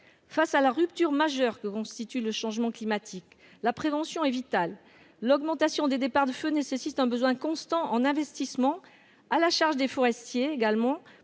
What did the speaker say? Face à la rupture majeure que constitue le changement climatique, la prévention est vitale. L'augmentation des départs de feu nécessite un besoin constant en investissement, à la charge notamment